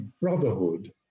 brotherhood